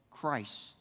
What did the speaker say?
Christ